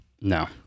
No